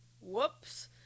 whoops